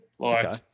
Okay